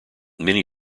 many